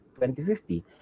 2050